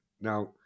Now